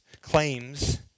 claims